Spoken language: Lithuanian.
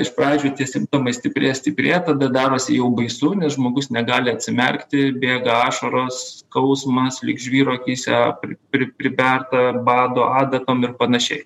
iš pradžių tie simptomai stiprėja stiprėja tada darosi jau baisu nes žmogus negali atsimerkti bėga ašaros skausmas lyg žvyro akyse pri priberta bado adatom ir panašiai